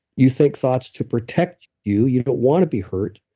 you think thoughts to protect you, you don't want to be hurt.